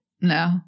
No